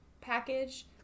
package